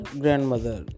grandmother